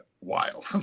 wild